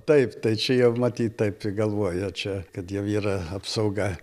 taip tai čia jau matyt taip galvoja čia kad jau yra apsauga